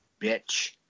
bitch